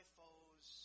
foes